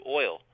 oil